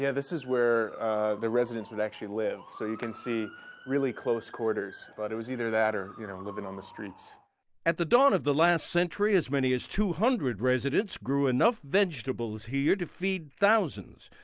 yeah this is where the residents would actually live so you can see really close quarters but it was either that or you know living on the streets. tony guida at the dawn of the last century as many as two hundred residents grew enough vegetables here to feed thousands.